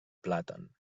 plàtan